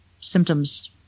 symptoms